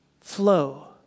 flow